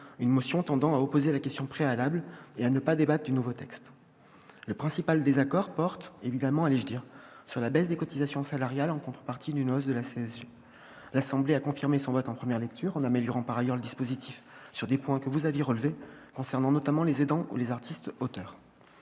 une motion tendant à opposer la question préalable et à ne pas débattre du nouveau texte. Le principal désaccord porte- bien évidemment, allais-je dire -sur la baisse des cotisations salariales, en contrepartie d'une hausse de la CSG. L'Assemblée nationale a confirmé son vote de première lecture, en améliorant le dispositif sur des points que vous aviez relevés, notamment sur les aidants ou les artistes auteurs.